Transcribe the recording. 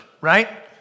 right